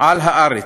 על הארץ.